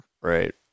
Right